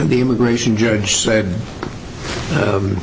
the immigration judge said